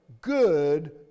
good